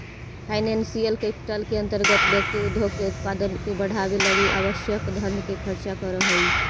financial capital के अंतर्गत व्यक्ति उद्योग के उत्पादन के बढ़ावे लगी आवश्यक धन खर्च करऽ हई